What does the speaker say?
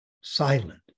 silent